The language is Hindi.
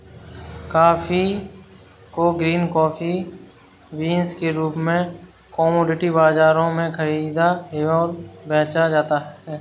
कॉफी को ग्रीन कॉफी बीन्स के रूप में कॉमोडिटी बाजारों में खरीदा और बेचा जाता है